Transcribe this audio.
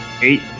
Eight